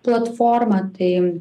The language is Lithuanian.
platforma tai